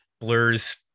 Blur's